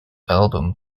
album